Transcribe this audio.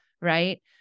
right